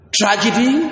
tragedy